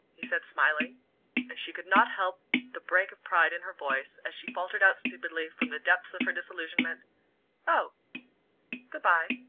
he said, smiling and she could not help the break of pride in her voice, as she faltered out stupidly, from the depths of her disillusionment oh good-bye.